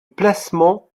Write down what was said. placement